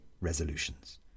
resolutions